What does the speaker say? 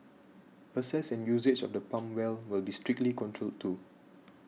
access and usage of the pump well will be strictly controlled too